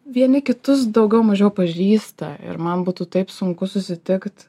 vieni kitus daugiau mažiau pažįsta ir man būtų taip sunku susitikt